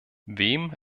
wem